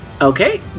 Okay